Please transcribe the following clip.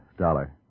Dollar